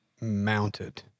mounted